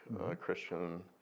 Christian